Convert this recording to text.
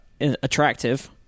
attractive